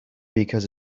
because